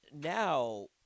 now